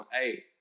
hey